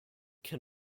can